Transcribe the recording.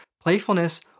playfulness